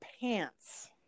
pants